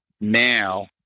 now